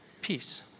peace